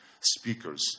speakers